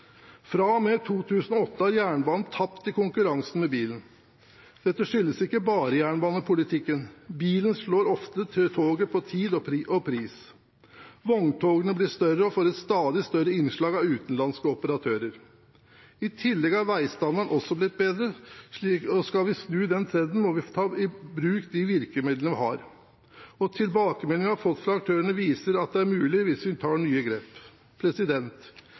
2008 har jernbanen tapt i konkurransen med bilen. Dette skyldes ikke bare jernbanepolitikken. Bilen slår ofte toget på tid og pris. Vogntogene blir større og får et stadig større innslag av utenlandske operatører. I tillegg har veistandarden også blitt bedre. Skal vi snu denne trenden, må vi ta i bruk de virkemidlene vi har. Og tilbakemeldingen vi har fått fra aktørene, viser at det er mulig – hvis vi tar nye grep.